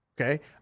okay